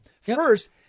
First